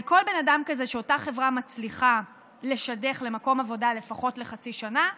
על כל בן אדם כזה שאותה חברה מצליחה לשדך למקום עבודה לפחות לחצי שנה,